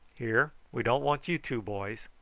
here, we don't want you two boys.